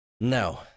No